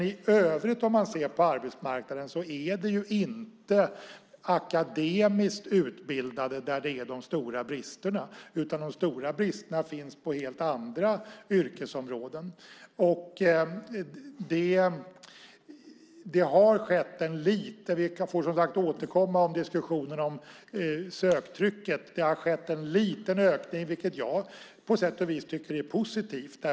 I övrigt på arbetsmarknaden är det inte bland de akademiskt utbildade som de stora bristerna finns. De stora bristerna finns på helt andra yrkesområden. Det har skett en liten ökning av söktrycket - jag kan som sagt återkomma om diskussionen om söktrycket. Det tycker jag på sätt och vis är positivt.